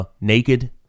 naked